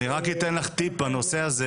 אני רק אתן לך טיפ בנושא הזה.